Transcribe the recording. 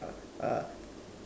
uh uh